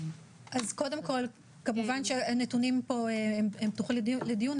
אז קודם כל כמובן שהנתונים פה הם פתוחים לדיון.